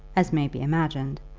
as may be imagined,